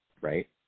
right